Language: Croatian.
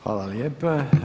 Hvala lijepa.